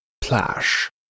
Plash